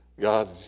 God